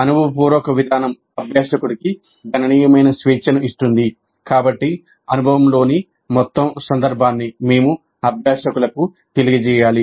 అనుభవపూర్వక విధానం అభ్యాసకుడికి గణనీయమైన స్వేచ్ఛను ఇస్తుంది కాబట్టి అనుభవంలోని మొత్తం సందర్భాన్ని మేము అభ్యాసకులకు తెలియజేయాలి